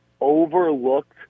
overlooked